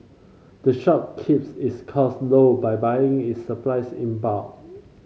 the shop keeps its costs low by buying its supplies in bulk